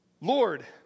Lord